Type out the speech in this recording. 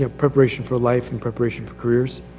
ah preparation for life and preparation for careers.